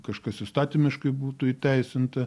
kažkas įstatymiškai būtų įteisinta